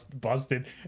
busted